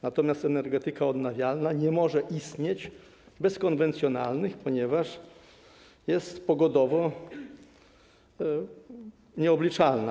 Natomiast energetyka odnawialna nie może istnieć bez konwencjonalnej, ponieważ jest pogodowo nieobliczalna.